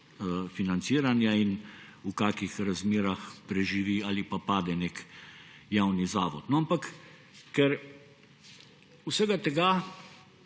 financiranja in v kakšnih razmerah preživi ali pa pade nek javni zavod. Ker vsega tega